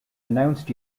announced